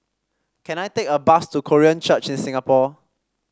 can I take a bus to Korean Church in Singapore